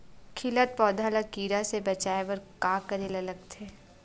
खिलत पौधा ल कीरा से बचाय बर का करेला लगथे?